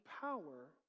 power